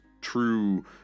true